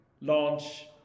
launch